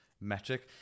metric